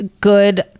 good